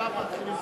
הנה,